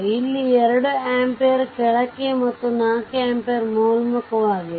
ಇಲ್ಲಿ 2 ಆಂಪಿಯರ್ ಕೆಳಕ್ಕೆ ಮತ್ತು 4 ಆಂಪಿಯರ್ ಮೇಲ್ಮುಖವಾಗಿದೆ